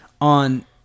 on